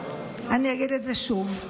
אני אגיד את זה שוב: